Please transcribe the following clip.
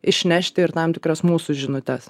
išnešti ir tam tikras mūsų žinutes